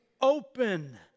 open